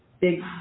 big